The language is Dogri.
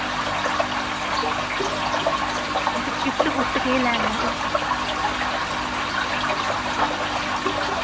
आं गिफ्ट केह् लैना ओह्